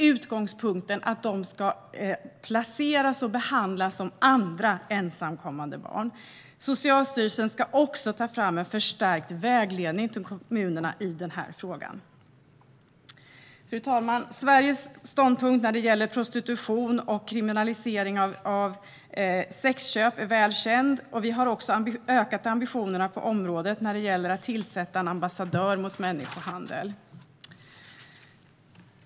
Utgångspunkten är att dessa barn ska placeras och behandlas som andra ensamkommande barn. Socialstyrelsen ska också ta fram en förstärkt vägledning till kommunerna i den här frågan. Fru talman! Sveriges ståndpunkt när det gäller prostitution och kriminalisering av sexköp är väl känd. Vi har också ökat ambitionerna på det området när det gäller att tillsätta en ambassadör mot människohandel.